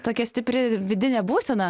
tokia stipri vidinė būsena